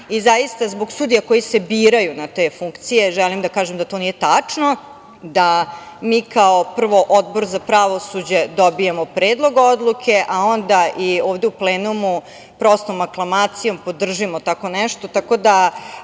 Zaista zbog sudija koji se biraju na te funkcije, želim da kažem da to nije tačno, da mi kao, prvo Odbor za pravosuđe dobijamo predlog odluke, a ona i ovde u plenumu prostom aklamacijom podržimo tako nešto.